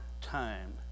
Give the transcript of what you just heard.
time